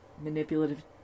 manipulative